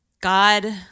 God